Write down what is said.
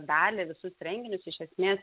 dalį visus renginius iš esmės